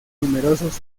numerosos